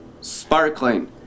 sparkling